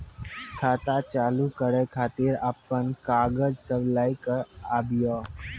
खाता चालू करै खातिर आपन कागज सब लै कऽ आबयोक?